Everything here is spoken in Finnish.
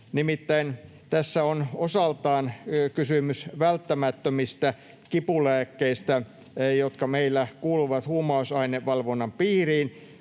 Nimittäin tässä on osaltaan kysymys välttämättömistä kipulääkkeistä, jotka meillä kuuluvat huumausainevalvonnan piiriin,